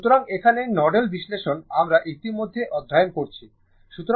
সুতরাং এখানে নোডাল বিশ্লেষণ আমরা ইতিমধ্যে অধ্যয়ন করেছি